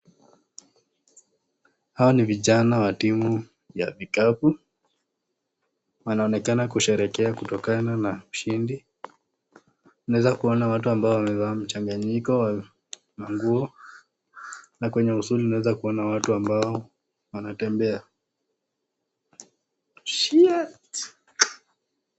Hawa ni vijana wa timu ya vikapu wanaonekana kusherehekea kutokana na ushindi, naweza kuona watu ambao wamevaa mchanganyiko kwa maguo, na kwenye uvuli unaweza kuona watu ambao wanatembea.